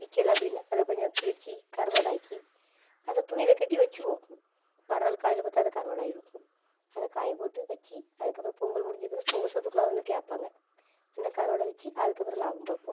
விற்கில அப்படின்னா அதை கொஞ்சம் கிழித்து கருவாடாக்கி அதை துணியில் கட்டி வச்சுருவோம் மறுநாள் காலையில் பார்த்தா அது கருவாடாக ஆகிடும் அதை காய போட்டு வச்சு அதுக்கப்புறம் பொங்கல் முடிஞ்சப்பிறகு பொங்கல் சோற்றுக்கெல்லாம் அதை வந்து கேட்பாங்க அந்த கருவாடை வச்சு அதுக்கப்புறம் லாபம் பார்ப்போம்